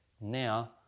now